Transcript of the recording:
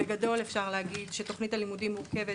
בגדול אפשר להגיד שתוכנית הלימודים מורכבת